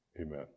amen